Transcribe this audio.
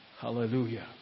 Hallelujah